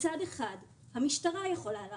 מצד אחד המשטרה יכולה לאכוף,